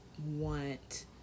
want